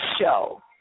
show